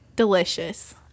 delicious